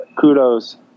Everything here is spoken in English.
Kudos